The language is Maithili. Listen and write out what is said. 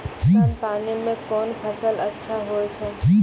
कम पानी म कोन फसल अच्छाहोय छै?